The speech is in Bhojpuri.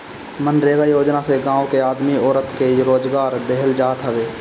मनरेगा योजना से गांव के आदमी औरत के रोजगार देहल जात हवे